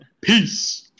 Peace